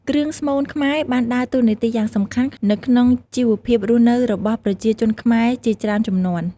គ្រឿងស្មូនខ្មែរបានដើរតួនាទីយ៉ាងសំខាន់នៅក្នុងជីវភាពរស់នៅរបស់ប្រជាជនខ្មែរជាច្រើនជំនាន់។